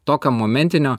tokio momentinio